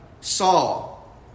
Saul